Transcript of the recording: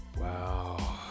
Wow